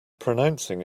pronouncing